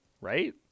Right